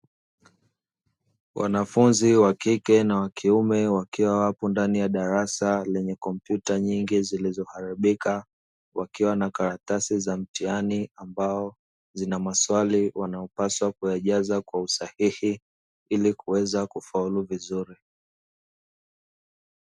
Wanafunzi wa kike na wa kiume, wakiwa wapo ndani ya darasa lenye kompyuta nyingi zilizo haribika, wakiwa na karatasi za mtihani, ambao zina maswali wanayo pasa kuyajaza kwa usahihi ili kuweza kufaulu vizuri.